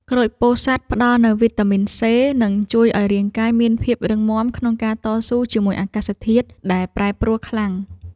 ក្រូចពោធិ៍សាត់ផ្ដល់នូវវីតាមីនសេនិងជួយឱ្យរាងកាយមានភាពរឹងមាំក្នុងការតស៊ូជាមួយអាកាសធាតុដែលប្រែប្រួលខ្លាំង។